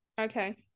Okay